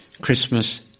Christmas